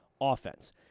offense